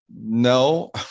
no